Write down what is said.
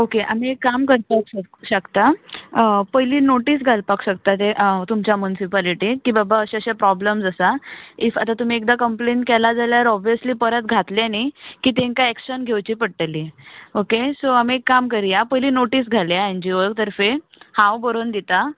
okay आमी एक काम करपाक शकता पयलीं नाॅटीस घालपाक शकता ताचें तुमच्या मुन्सिपालटीक की बाबा अशें अशें प्रोब्लम्स आसात इफ आतां तुमी एकदा कंम्प्लेंट केलां जाल्यार ओब्वीयसली परत घातलें न्ही की ताका एक्शन घेवची पडटली ओके सो आमी एक काम करुया ह्या पयलीं नाॅटीस घालुया एनजीओ तर्फे हांव बरोवन दितां